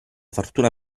fortuna